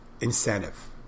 incentive